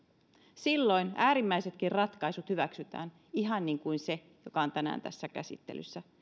silloin äärimmäisetkin ratkaisut hyväksytään ihan niin kuin se joka on tänään tässä käsittelyssä